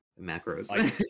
macros